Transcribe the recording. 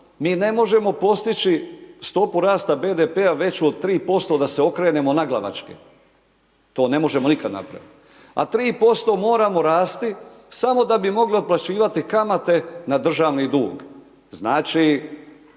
mi ne možemo postići stopu rasta BDP-a veću od 3% da se okrenemo naglavačke, to ne možemo nikada napraviti, a 3% moramo rasti samo da bi mogla otplaćivati kamate na državni dug. Znači